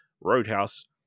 Roadhouse